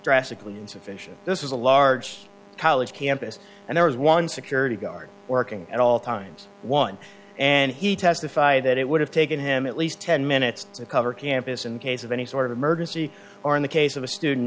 drastically means this is a large college campus and there was one security guard working at all times one and he testified that it would have taken him at least ten minutes to cover campus in case of any sort of emergency or in the case of a student